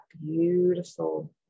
beautiful